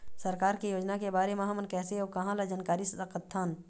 सरकार के योजना के बारे म हमन कैसे अऊ कहां ल जानकारी सकथन?